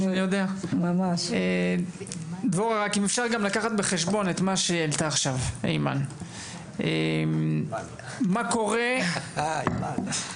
גם לקחת בחשבון את מה שהעלתה עכשיו אימאן - מה קורה עם